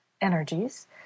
energies